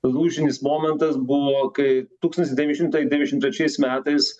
lūžinis momentas buvo kai tūkstantis devyni šimtai devyniasdešimt trečiais metais